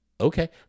okay